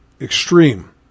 extreme